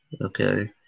Okay